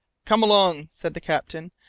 come along! said the captain,